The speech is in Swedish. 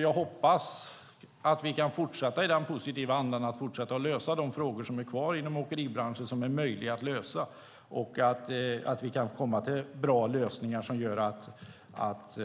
Jag hoppas att vi kan fortsätta i denna positiva anda och lösa de frågor inom åkeribranschen som är möjliga att lösa och att vi kan komma till bra lösningar som gör att